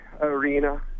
arena